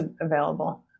available